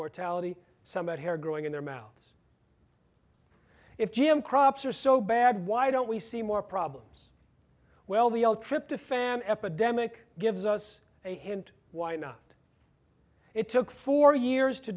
mortality some bad hair growing in their mouths if g m crops are so bad why don't we see more problems well the old trip to famine epidemic gives us a hint why not it took four years to